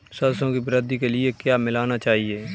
सरसों की वृद्धि के लिए क्या मिलाना चाहिए?